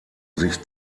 sich